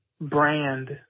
brand